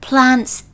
Plants